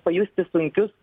pajusti sunkius